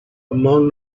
among